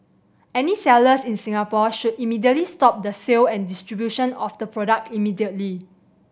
any sellers in Singapore should immediately stop the sale and distribution of the product immediately